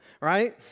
right